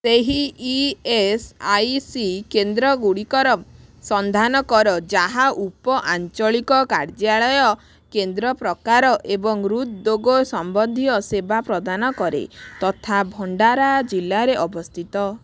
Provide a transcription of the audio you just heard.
ସେହି E S I C କେନ୍ଦ୍ର ଗୁଡ଼ିକର ସନ୍ଧାନ କର ଯାହା ଉପଆଞ୍ଚଳିକ କାର୍ଯ୍ୟାଳୟ କେନ୍ଦ୍ର ପ୍ରକାର ଏବଂ ହୃଦ୍ରୋଗ ସମ୍ବନ୍ଧୀୟ ସେବା ପ୍ରଦାନ କରେ ତଥା ଭଣ୍ଡାରା ଜିଲ୍ଲାରେ ଅବସ୍ଥିତ